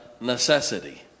necessity